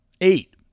eight